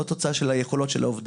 לא תוצאה של היכולות של העובדים.